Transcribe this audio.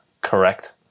correct